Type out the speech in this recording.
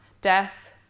death